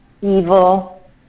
evil